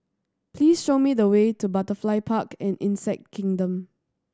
please show me the way to Butterfly Park and Insect Kingdom